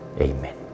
Amen